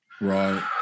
Right